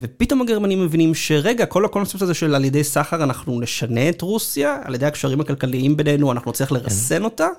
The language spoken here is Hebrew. ופתאום הגרמנים מבינים שרגע כל הקונספט הזה של על ידי סחר אנחנו נשנה את רוסיה על ידי הקשרים הכלכליים בינינו אנחנו נצטרך לרסן אותה.